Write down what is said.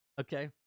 Okay